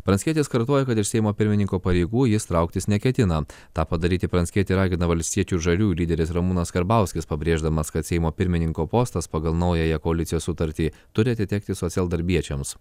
pranckietis kartoja kad iš seimo pirmininko pareigų jis trauktis neketina tą padaryti pranckietį ragina valstiečių ir žaliųjų lyderis ramūnas karbauskis pabrėždamas kad seimo pirmininko postas pagal naująją koalicijos sutartį turi atitekti socialdarbiečiams